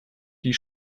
die